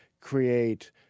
create